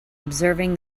observing